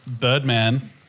Birdman